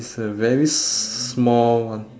it's a very small one